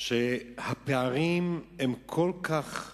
והפערים כל כך קשים,